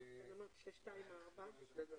ביניהן באשר לפתרון